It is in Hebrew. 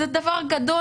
זה דבר גדול.